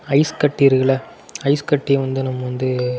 ice கட்டி இருக்குல்ல ice கட்டியை வந்து நம்ம வந்து